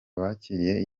bakiriye